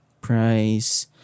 price